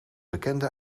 bekende